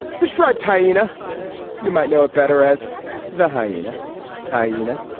the striped hyena you might know it better as the hyena hyena